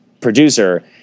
producer